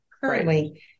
currently